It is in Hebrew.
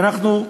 ואנחנו,